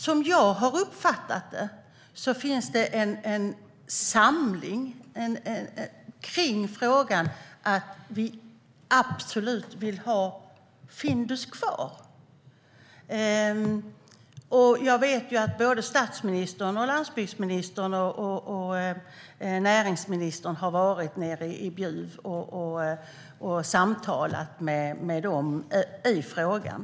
Som jag har uppfattat det finns en samling kring frågan att vi absolut vill ha Findus kvar. Jag vet att såväl statsministern som landsbygdsministern och näringsministern har varit nere i Bjuv och samtalat med Findus i frågan.